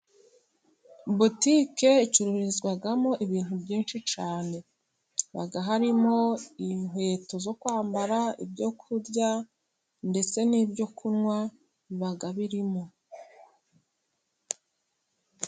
Botike icururizwamo ibintu byinshi cyane iba harimo inkweto zo kwambara, ibyokurya ndetse n'ibyo kunywa biba birimo.